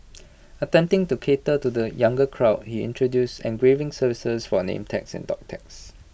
attempting to cater to the younger crowd he introduce engraving services for name tags and dog tags